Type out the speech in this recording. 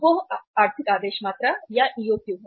वह आर्थिक आदेश मात्रा है